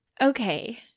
Okay